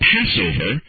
Passover